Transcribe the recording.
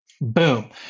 Boom